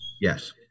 Yes